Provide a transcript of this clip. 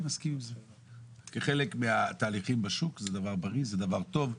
כחלק מהתהליכים בשוק זה דבר טוב.